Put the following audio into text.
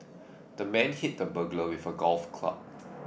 the man hit the burglar with a golf club